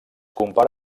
compara